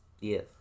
Yes